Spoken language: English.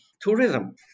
tourism